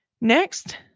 Next